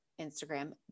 Instagram